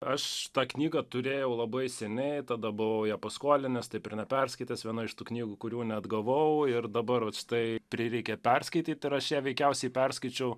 aš tą knygą turėjau labai seniai tada buvau ją paskolinęs taip ir neperskaitęs viena iš tų knygų kurių neatgavau ir dabar tai prireikė perskaityti ir aš ją veikiausiai perskaičiau